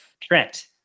trent